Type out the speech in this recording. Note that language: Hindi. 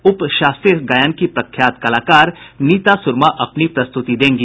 उप शास्त्रीय गायन की प्रख्यात कलाकार नीता सूरमा अपनी पस्तुति देंगी